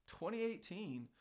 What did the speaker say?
2018